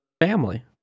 family